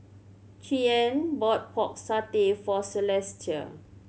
Cheyanne bought Pork Satay for Celestia